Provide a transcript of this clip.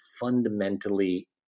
fundamentally